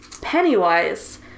Pennywise